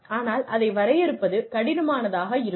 ஆனால் அதை வரையறுப்பது கடினமானதாக இருக்கும்